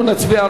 אנחנו נצביע,